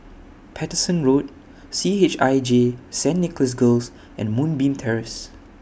Paterson Road C H I J Saint Nicholas Girls and Moonbeam Terrace